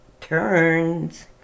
turns